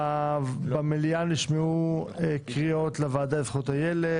במליאה נשמעו קריאות להעביר לוועדה לזכויות הילד.